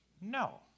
No